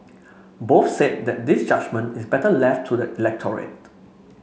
both said that this judgement is better left to the electorate